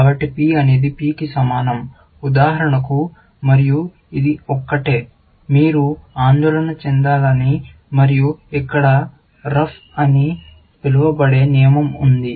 కాబట్టి P అనేది P కి సమానం ఉదాహరణకు మరియు ఇది ఒక్కటే మీరు ఆందోళన చెందాలి మరియు ఇక్కడ రఫ్ అని పిలువబడే నియమం ఉంది